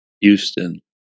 Houston